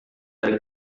dari